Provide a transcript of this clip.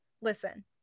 listen